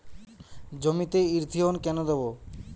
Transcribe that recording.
জমিতে ইরথিয়ন কেন দেবো?